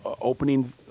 opening